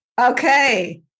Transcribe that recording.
okay